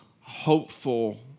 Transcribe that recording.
hopeful